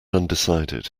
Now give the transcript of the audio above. undecided